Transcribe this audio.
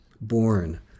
born